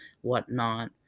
whatnot